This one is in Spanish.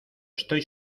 estoy